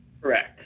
Correct